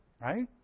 right